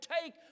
take